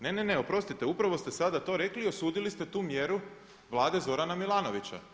Ne, ne, ne oprostite upravo ste sada to rekli i osudili ste tu mjeru vlade Zorana Milanovića.